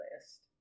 list